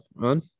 on